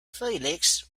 felix